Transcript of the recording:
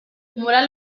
mural